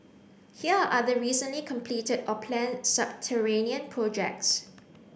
here are other recently completed or planned subterranean projects